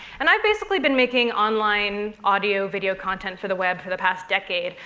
and i've basically been making online audio video content for the web for the past decade.